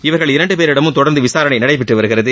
இவர்கள் இரண்டு பேரிடமும் தொடர்ந்து விசாரணை நடைபெற்று வருகிறது